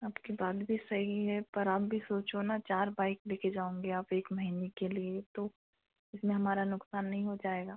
आपकी बात भी सही है पर आप भी सोचो ना चार बाइक ले कर जाओंगे आप एक महीने के लिए तो इसमें हमारा नुकसान नहीं हो जाएगा